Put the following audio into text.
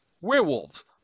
werewolves